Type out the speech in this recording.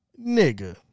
Nigga